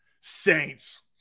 Saints